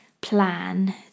plan